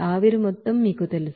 ఆవిరి మొత్తం మీకు తెలుసు